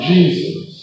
Jesus